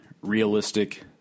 realistic